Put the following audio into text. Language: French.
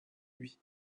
lui